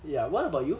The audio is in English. ya what about you